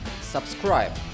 subscribe